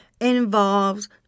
involves